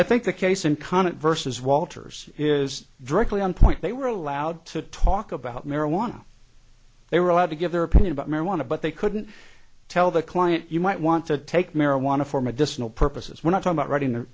i think the case and comment versus walters is directly on point they were allowed to talk about marijuana they were allowed to give their opinion about marijuana but they couldn't tell the client you might want to take marijuana for medicinal purposes when i talk about writing